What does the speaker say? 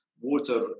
water